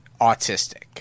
autistic